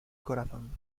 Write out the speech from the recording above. corazón